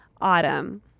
Autumn